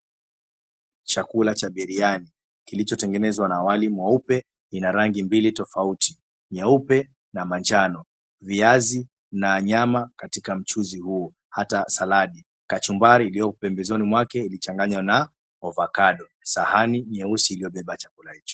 Chakula cha biriani kilichotengenezwa na wali mweupe ina rangi mbili tofauti nyeupe na manjano, viazi na nyama katika mchuzi huo hata saladi, kachumbari iliopo pembezoni mwake imechanganywa na avocado . Sahani nyeusi iliobeba chakula hicho.